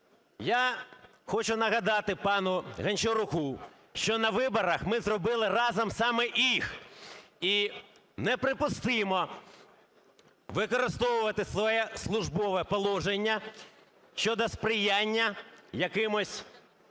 Я хочу нагадати пану Гончаруку, що на виборах ми зробили разом саме їх. І неприпустимо використовувати своє службове положення щодо сприяння якимось